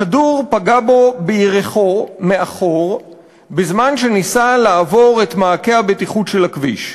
הכדור פגע בו בירכו מאחור בזמן שניסה לעבור את מעקה הבטיחות של הכביש.